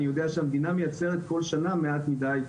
אני יודע שהמדינה מייצרת כל שנה מעט מדי.